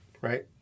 right